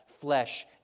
flesh